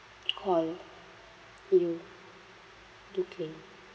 call you to claim